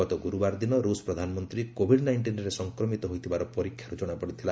ଗତ ଗୁରୁବାର ଦିନ ରୁଷ ପ୍ରଧାନମନ୍ତ୍ରୀ କୋଭିଡ୍ ନାଇଷ୍ଟିନ୍ରେ ସଂକ୍ରମିତ ହୋଇଥିବାର ପରୀକ୍ଷାରୁ ଜଣାପଡ଼ିଥିଲା